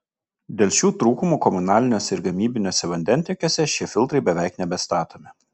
dėl šių trūkumų komunaliniuose ir gamybiniuose vandentiekiuose šie filtrai beveik nebestatomi